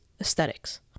aesthetics